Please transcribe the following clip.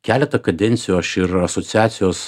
keletą kadencijų aš ir asociacijos